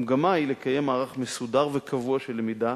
המגמה היא לקיים מערך מסודר וקבוע של למידה